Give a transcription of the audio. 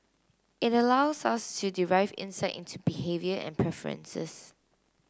it allows us to derive insight into behaviour and preferences